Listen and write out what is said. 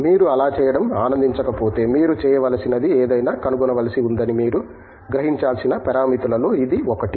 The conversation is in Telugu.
మీరు అలా చేయడం ఆనందించకపోతే మీరు చేయవలసినది ఏదైనా కనుగొనవలసి ఉందని మీరు గ్రహించాల్సిన పారామితులలో ఇది ఒకటి